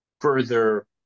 further